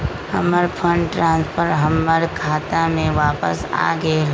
हमर fund transfer हमर खाता में वापस आ गेल